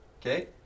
Okay